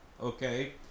okay